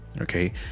okay